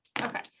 okay